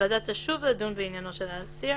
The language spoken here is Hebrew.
הוועדה תשוב לדון בעניינו של האסיר,